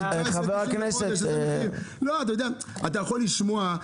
אתה יכול לשמוע,